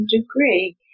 degree